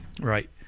Right